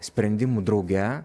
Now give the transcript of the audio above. sprendimų drauge